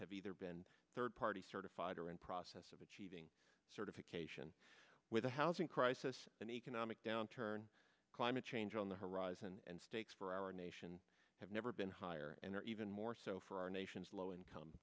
have either been third party certified or in process of achieving certification with the housing crisis and economic downturn climate change on the horizon and stakes for our nation have never been higher and even more or so for our nation's low income